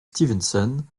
stevenson